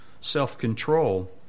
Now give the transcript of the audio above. self-control